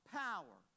power